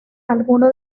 alguno